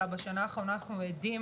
אלא בשנה האחרונה אנחנו עדים